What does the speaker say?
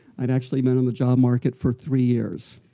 i had actually been on the job market for three years.